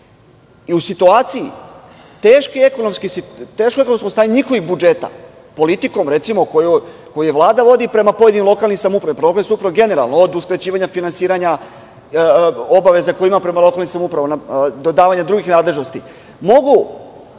U situaciji teškog ekonomskog stanja njihovih budžeta, politikom, recimo, koju Vlada vodi prema pojedinim lokalnim samoupravama, problem je generalan, od uskraćivanja finansiranja obaveza koje ima prema lokalnim samoupravama do davanja drugih nadležnosti, lokalne